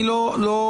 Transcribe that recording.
אני לא ארחיב,